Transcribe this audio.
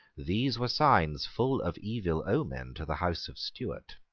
these were signs full of evil omen to the house of stuart.